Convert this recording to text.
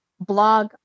blog